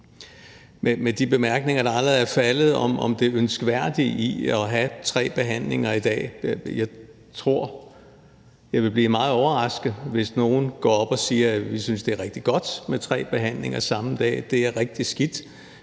med de bemærkninger, der allerede er faldet, om det ønskværdige i at have tre behandlinger i dag, vil jeg sige, at jeg vil blive meget overrasket, hvis nogen går op og siger, at det er rigtig godt med tre behandlinger samme dag. Det er rigtig skidt,